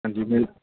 ਹਾਂਜੀ ਮਿਲ